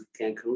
cancun